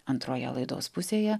antroje laidos pusėje